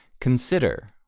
Consider